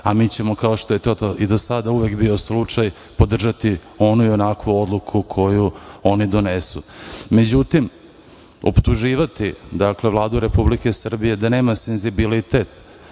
a mi ćemo, kao što je to i do sada uvek bio slučaj, podržati onu i onakvu odluku koju oni donesu.Međutim, optuživati Vladu Republike Srbije da nema senzibilitet